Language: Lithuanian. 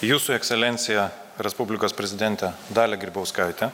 jūsų ekscelencija respublikos prezidente dalia grybauskaite